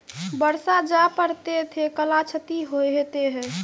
बरसा जा पढ़ते थे कला क्षति हेतै है?